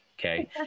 okay